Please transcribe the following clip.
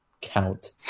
count